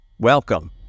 Welcome